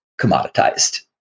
commoditized